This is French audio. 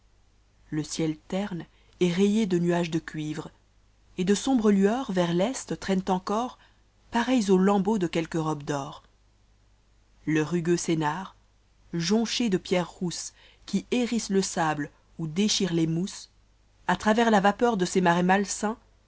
le ciel terne est rayé de nuages de cuivre et de sombres lueurs vers l'est traînent encor pareilles aux lâmbeaux de quelque robe d'or le rugueux sennaar jonché de pierres rousses qui hérissent le sable ou déchirent les mousses a travers la vapeur de ses marais malsains